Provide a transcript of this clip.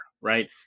Right